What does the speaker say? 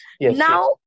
now